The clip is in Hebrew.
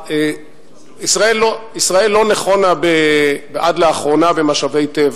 ישראל לא ניחנה עד לאחרונה במשאבי טבע,